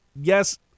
Yes